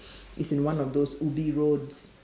it's in one of those Ubi roads